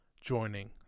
joining